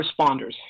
responders